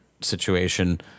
situation